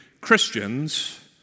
Christians